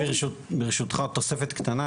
ברשותך תוספת קטנה,